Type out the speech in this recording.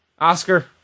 Oscar